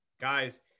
guys